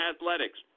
athletics